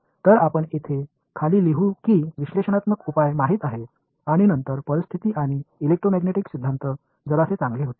तर आपण हे येथे खाली लिहू की विश्लेषणात्मक उपाय माहित आहेत आणि नंतर परिस्थिती आणि इलेक्ट्रोमॅग्नेटिक सिद्धांत जरासे चांगले होते